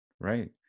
right